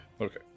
Okay